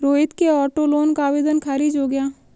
रोहित के auto loan का आवेदन खारिज हो गया